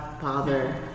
father